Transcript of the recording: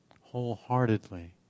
wholeheartedly